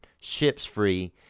ships-free